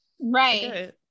right